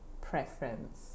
preference